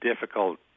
difficult